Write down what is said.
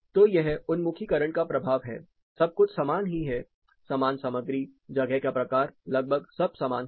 तो यह उन्मुखीकरण का प्रभाव है सब कुछ समान ही है समान सामग्री जगह का प्रकार लगभग सब समान है